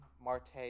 Marte